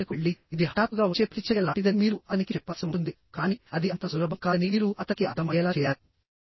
ఇప్పుడు బయటకు వెళ్లి ఇది హఠాత్తుగా వచ్చే ప్రతిచర్య లాంటిదని మీరు అతనికి చెప్పాల్సి ఉంటుంది కానీ అది అంత సులభం కాదని మీరు అతనికి అర్థమయ్యేలా చేయాలి